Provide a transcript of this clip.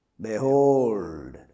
Behold